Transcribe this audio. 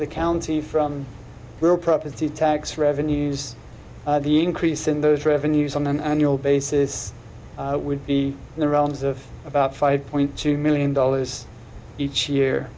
the county from real property tax revenues the increase in those revenues on an annual basis would be in the realms of about five point two million dollars each year